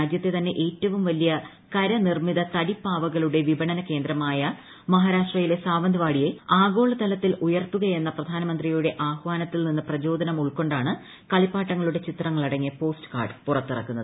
രാജ്യത്തെ തന്നെ ഏറ്റവും വലിയ കരനിർമ്മിത തടി പാവകളുടെ വിപണനകേന്ദ്രമായ മഹാരാഷ്ട്രയിലെ സാവന്ത്വാടിയെ ആഗോളതലത്തിൽ ഉയർത്തുകയെന്ന പ്രധാനമന്ത്രിയുടെ ആഹ്വാനത്തിൽനിന്ന് പ്രചോദനം ഉൾക്കൊണ്ടാണ് കളിപ്പാട്ടങ്ങളുടെ ചിത്രങ്ങളടങ്ങിയ പോസ്റ്റ്കാർഡ് പുറത്തിറക്കുന്നത്